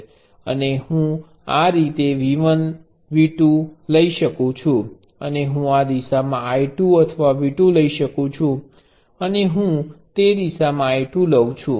અને હું આ રીતે V2 લઇ શકું છું અને હું આ દિશામાં I2 અથવા V2 લઈ શકું છું અને હું તે દિશામાં I2 લઉ છું